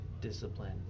discipline